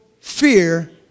fear